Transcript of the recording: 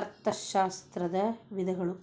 ಅರ್ಥಶಾಸ್ತ್ರದ ವಿಧಗಳು